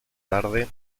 tarde